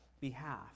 behalf